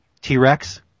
T-Rex